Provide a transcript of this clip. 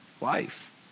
life